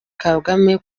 kagame